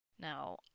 Now